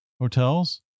hotels